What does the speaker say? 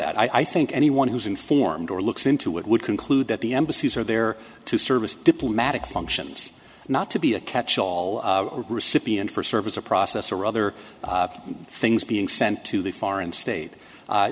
that i think anyone who's informed or looks into it would conclude that the embassies are there to service diplomatic functions not to be a catchall recipient for service of process or other things being sent to the foreign state